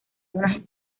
zonas